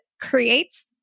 creates